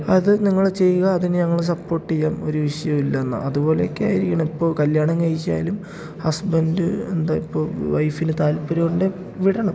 അത് നിങ്ങൾ ചെയ്യുക അതിന് ഞങ്ങൾ സപ്പോർട്ട് ചെയ്യാം ഒരു വിഷയം ഇല്ലയെന്നാൽ അതുപോലെയൊക്കെ ആയിരിക്കണം ഇപ്പോൾ കല്ല്യാണം കഴിച്ചാലും ഹസ്ബൻ്റ് എന്താ ഇപ്പോൾ വൈഫിന് താല്പര്യം ഉണ്ടെങ്കിൽ വിടണം